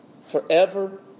forever